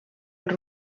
els